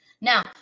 Now